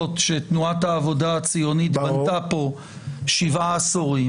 שתנועת העבודה הציונית בנתה פה שבעה עשורים,